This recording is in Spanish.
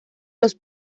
los